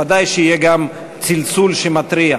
ודאי שיהיה גם צלצול שמתריע.